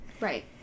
Right